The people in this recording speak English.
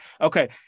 okay